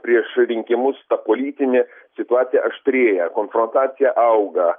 prieš rinkimus ta politinė situacija aštrėja konfrontacija auga